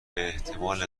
باحتمال